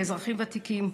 לאזרחים ותיקים,